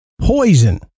poison